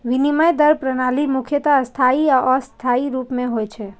विनिमय दर प्रणाली मुख्यतः स्थायी आ अस्थायी रूप मे होइ छै